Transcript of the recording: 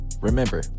Remember